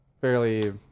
fairly